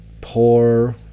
poor